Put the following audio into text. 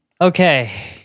Okay